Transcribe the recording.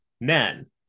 men